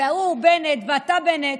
ואתה, בנט,